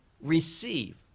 receive